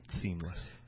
Seamless